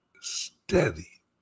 steady